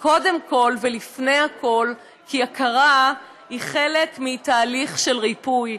קודם כול ולפני הכול כי הכרה היא חלק מתהליך של ריפוי.